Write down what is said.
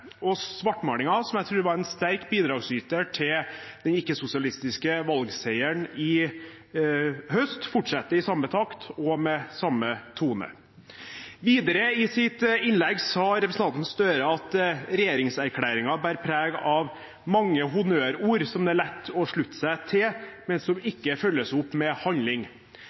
og svartmalingen som jeg tror var en sterk bidragsyter til den ikke-sosialistiske valgseieren i høst, fortsetter i samme takt og med samme tone. Videre i sitt innlegg sa representanten Gahr Støre at regjeringserklæringen bærer preg av mange honnørord som det er lett å slutte seg til, men som ikke følges opp med handling.